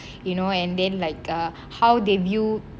you know and then like err how they view